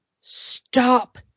stop